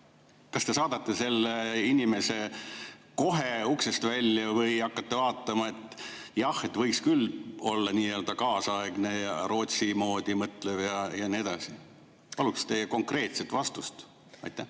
kas te saadate selle inimese kohe uksest välja või hakkate vaatama, et jah, võiks küll olla nii-öelda kaasaegne, Rootsi moodi mõtlev ja nii edasi? Paluksin teie konkreetset vastust. Hea